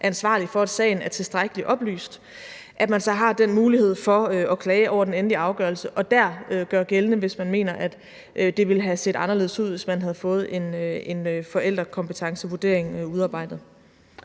ansvarlige for, at sagen er tilstrækkeligt oplyst – har mulighed for at klage over den endelige afgørelse og der gøre gældende, at man mener, det ville have set anderledes ud, hvis man havde fået en forældrekompetencevurdering udarbejdet.